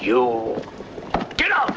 you know